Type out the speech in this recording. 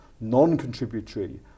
non-contributory